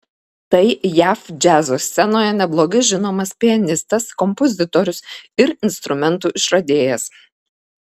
tai jav džiazo scenoje neblogai žinomas pianistas kompozitorius ir instrumentų išradėjas